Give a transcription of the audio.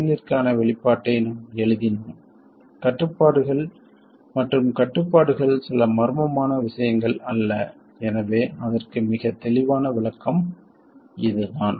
கெய்ன்னிற்கான வெளிப்பாட்டை நாம் எழுதினோம் கட்டுப்பாடுகள் மற்றும் கட்டுப்பாடுகள் சில மர்மமான விஷயங்கள் அல்ல எனவே அதற்கு மிகத் தெளிவான விளக்கம் இதுதான்